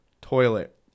toilet